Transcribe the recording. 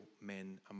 men